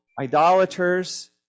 idolaters